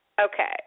okay